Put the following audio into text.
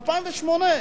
ב-2008